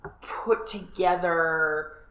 put-together